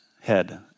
head